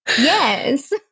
Yes